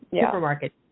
supermarket